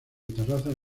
terrazas